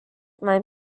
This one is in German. meinem